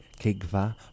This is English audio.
Kigva